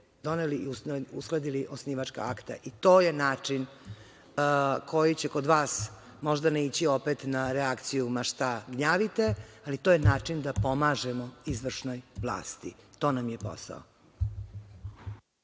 doneli i uskladili osnivačka akta. To je način koji će kod vas možda naići opet na reakciju – ma šta gnjavite, ali to je način da pomažemo izvršnoj vlasti. To nam je posao.